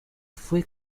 fue